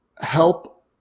help